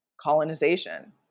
colonization